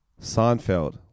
Seinfeld